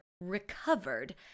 recovered